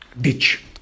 ditch